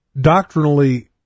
doctrinally